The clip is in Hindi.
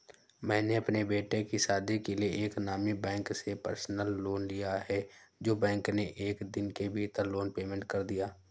मैंने अपने बेटे की शादी के लिए एक नामी बैंक से पर्सनल लोन लिया है जो बैंक ने एक दिन के भीतर लोन पेमेंट कर दिया